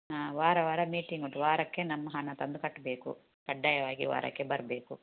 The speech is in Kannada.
ಹಾಂ ವಾರ ವಾರ ಮೀಟಿಂಗ್ ಉಂಟು ವಾರಕ್ಕೆ ನಮ್ಮ ಹಣ ತಂದು ಕಟ್ಟಬೇಕು ಕಡ್ಡಾಯವಾಗಿ ವಾರಕ್ಕೆ ಬರಬೇಕು